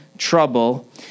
trouble